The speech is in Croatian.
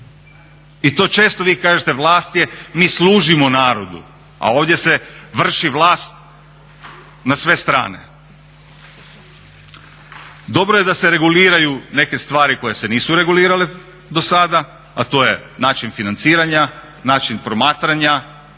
I to često vi kažete vlast je, mi služimo narodu a ovdje se vrši vlast na sve strane. Dobro je da se reguliraju neke stvari koje se nisu regulirale do sada a to je način financiranja, način promatranja